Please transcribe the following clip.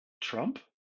Trump